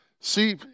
see